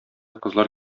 кызлар